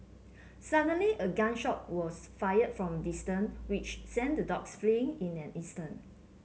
suddenly a gun shot was fired from distance which sent the dogs fleeing in an instant